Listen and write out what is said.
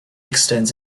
extends